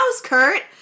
Kurt